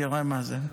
תראה מה זה.